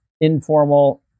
informal